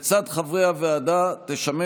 לצד חברי הוועדה תשמש